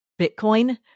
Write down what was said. Bitcoin